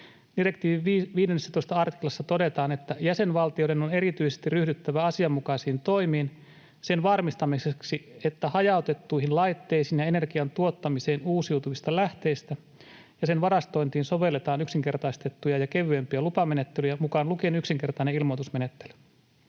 Direktiivin 15 artiklassa todetaan, että jäsenvaltioiden on erityisesti ryhdyttävä asianmukaisiin toimiin sen varmistamiseksi, että hajautettuihin laitteisiin ja energian tuottamiseen uusiutuvista lähteistä ja sen varastointiin sovelletaan yksinkertaistettuja ja kevyempiä lupamenettelyjä mukaan lukien yksinkertainen ilmoitusmenettely.